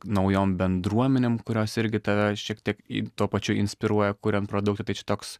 naujom bendruomenėm kurios irgi tave šiek tiek į tuo pačiu inspiruoja kuriant produktą tai čia toks